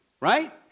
right